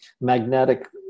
magnetic